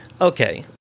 Okay